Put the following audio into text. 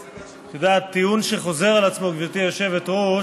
את יודעת, טיעון שחוזר על עצמו, גברתי היושבת-ראש,